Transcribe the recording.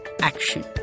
action